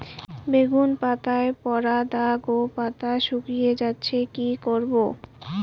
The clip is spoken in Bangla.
বেগুন পাতায় পড়া দাগ ও পাতা শুকিয়ে যাচ্ছে কি করব?